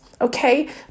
Okay